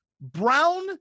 brown